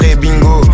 bingo